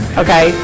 okay